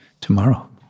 tomorrow